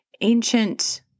ancient